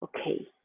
Okay